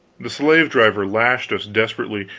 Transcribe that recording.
the slave-driver lashed us desperately,